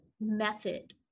method